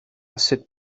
sut